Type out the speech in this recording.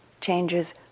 changes